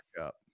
up